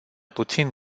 puțin